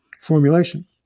formulation